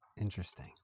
Interesting